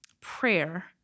prayer